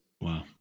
Wow